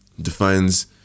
defines